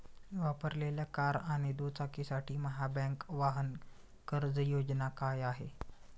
वापरलेल्या कार आणि दुचाकीसाठी महाबँक वाहन कर्ज योजना काय आहे?